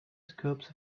scopes